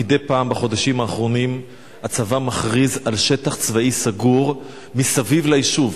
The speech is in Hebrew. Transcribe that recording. מדי פעם בחודשים האחרונים הצבא מכריז על שטח צבאי סגור מסביב ליישוב.